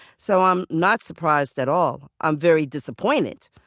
so i'm not surprised at all. i'm very disappointed,